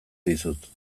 dizut